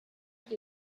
tank